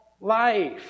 life